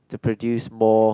to produce more